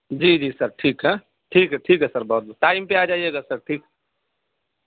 جی جی سر ٹھیک ہے ٹھیک ہے ٹھیک ہے سر بہت بہت ٹائم پہ آ جائیے گا سر ٹھیک